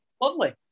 Lovely